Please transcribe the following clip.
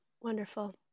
Wonderful